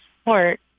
support